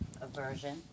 Aversion